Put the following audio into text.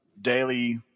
daily